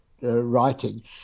writing